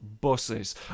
buses